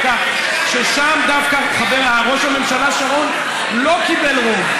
ששם דווקא ראש הממשלה שרון לא קיבל רוב,